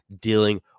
dealing